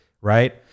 right